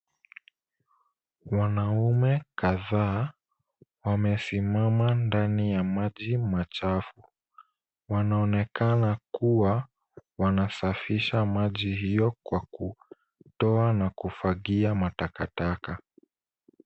Wanaume kadhaa wamesimama ndani ya maji machafu. Wanaonekana kuwa wanasafisha maji hiyo kwa kutoa na kufagia matakataka.